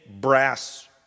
brass